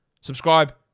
Subscribe